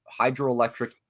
hydroelectric